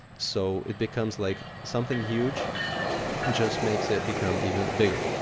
so it becomes like something huge just makes it become even bigger.